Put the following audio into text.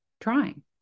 trying